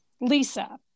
Lisa